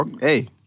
Hey